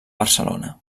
barcelona